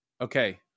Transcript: Okay